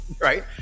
right